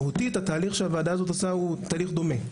מהותית התהליך שהוועדה הזאת עושה הוא תהליך דומה,